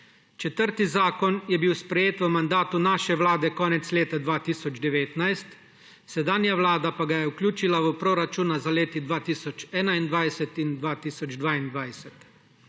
Četrti zakon je bil sprejet v mandatu naše vlade konec leta 2019, sedanja vlada pa ga je vključila v proračuna za leti 2021 in 2022.